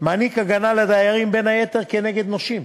מעניק הגנה לדיירים, בין היתר כנגד נושים,